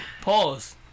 Pause